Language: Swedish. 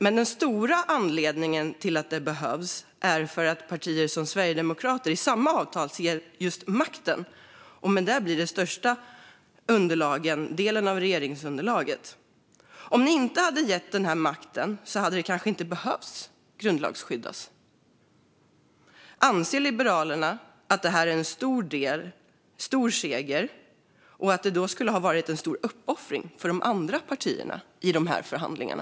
Men den stora anledningen till att det behövs är att partier som Sverigedemokraterna i samma avtal ser just makten och med avtalet blir den största delen av regeringsunderlaget. Om ni inte hade gett dem den makten hade aborträtten kanske inte behövt grundlagsskyddas. Anser Liberalerna att det här är en stor seger och att det därmed skulle ha varit en stor uppoffring för de andra partierna i de förhandlingarna?